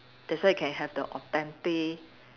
that's why you can have the authentic